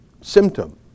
symptom